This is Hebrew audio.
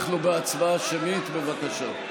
אנחנו בהצבעה שמית, בבקשה.